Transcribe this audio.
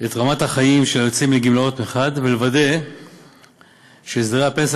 את רמת החיים של היוצאים לגמלאות מחד גיסא ויוודא שהסדרי הפנסיה